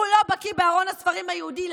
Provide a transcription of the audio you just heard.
הוא לא בקי בארון הספרים היהודי.